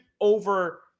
over